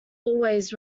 always